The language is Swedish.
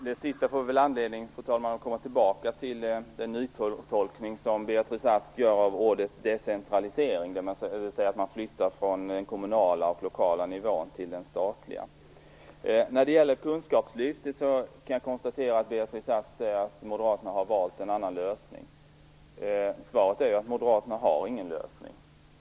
Fru talman! Vi får väl anledning att komma tillbaka till den nytolkning som Beatrice Ask gör av ordet decentralisering, dvs. att man flyttar från den kommunala och lokala nivån till den statliga. När det gäller kunskapslyftet säger Beatrice Ask att Moderaterna har valt en annan lösning. Svaret är ju att Moderaterna inte har någon lösning.